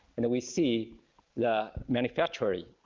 and we see the manufacturer,